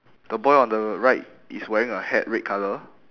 the boy on the right is wearing a hat red colour